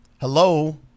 Hello